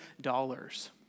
dollars